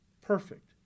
Perfect